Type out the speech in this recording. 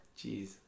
Jeez